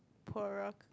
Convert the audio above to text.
poorer